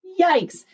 yikes